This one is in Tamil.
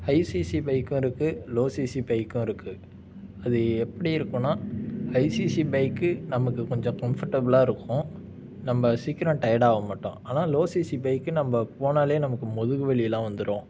ஹை சிசி பைக்கும் இருக்குது லோ சிசி பைக்கும் இருக்குது அது எப்படி இருக்குதுன்னா ஹை சிசி பைக் நமக்கு கொஞ்சம் கம்ஃபர்டபுளாக இருக்கும் நம்ம சீக்கிரம் டையர்ட்டாக மாட்டோம் ஆனால் லோ சிசி பைக் நம்ம போனாலே நமக்கு முதுகு வலியெலாம் வந்துடும்